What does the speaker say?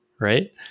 right